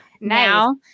now